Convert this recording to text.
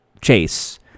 chase